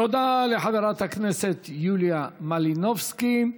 תודה לחברת הכנסת יוליה מלינובסקי.